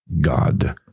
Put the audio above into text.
God